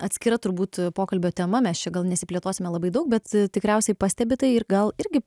atskira turbūt pokalbio tema mes čia gal nesiplėtosime labai daug bet tikriausiai pastebi tai ir gal irgi